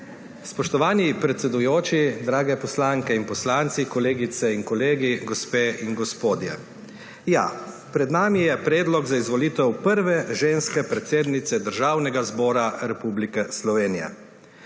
Spoštovani predsedujoči, drage poslanke in poslanci, kolegice in kolegi, gospe in gospodje, ja, pred nami je predlog za izvolitev prve ženske predsednice Državnega zbora Republike Slovenije!